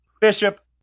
Bishop